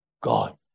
God